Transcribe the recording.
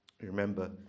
Remember